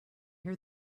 hear